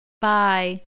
Bye